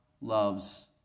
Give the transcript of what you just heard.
loves